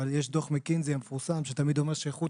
אבל יש דוח מקינזי המפורסם שתמיד אומר שאיכות